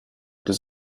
этой